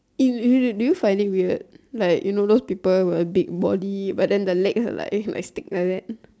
do you find him weird like you know those people with body body but then the legs are like stick like that